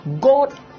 God